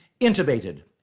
intubated